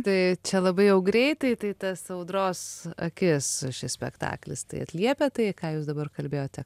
tai čia labai jau greitai tai tas audros akis šis spektaklis tai atliepia tai ką jūs dabar kalbėjote